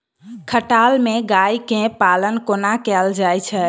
खटाल मे गाय केँ पालन कोना कैल जाय छै?